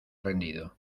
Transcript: rendido